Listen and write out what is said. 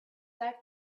like